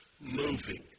moving